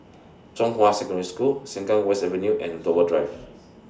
Zhonghua Secondary School Sengkang West Avenue and Dover Drive